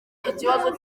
ikibazo